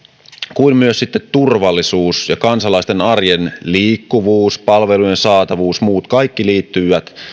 kuin myös sitten turvallisuus ja kansalaisten arjen liikkuvuus palvelujen saatavuus muut kaikki liittyvät